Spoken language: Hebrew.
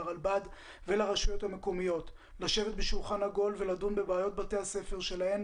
לרלב"ד ולרשויות המקומיות לשבת בשולחן עגול לדון בבעיות בתי הספר שלהם